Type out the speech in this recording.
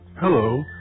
Hello